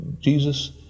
Jesus